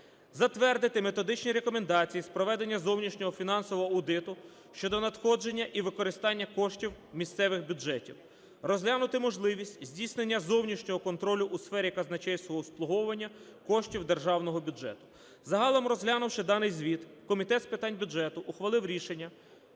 Затвердити методичні рекомендації з проведення зовнішнього фінансового аудиту щодо надходження і використання коштів місцевих бюджетів. Розглянути можливість здійснення зовнішнього контролю у сфері казначейського обслуговування коштів державного бюджету. Загалом, розглянувши даний звіт, Комітет з питань бюджету ухвалив рішення,